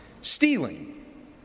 Stealing